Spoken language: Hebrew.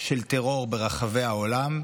של טרור ברחבי העולם,